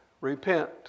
repent